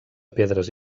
pedres